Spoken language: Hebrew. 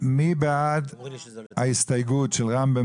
מי בעד ההסתייגות של רם?